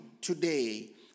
today